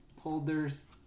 holders